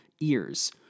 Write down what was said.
ears